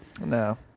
No